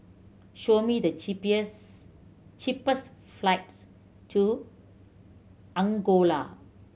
show me the cheapest flights to Angola